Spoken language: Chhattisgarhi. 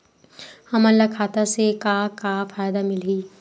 हमन ला खाता से का का फ़ायदा मिलही?